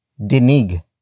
denig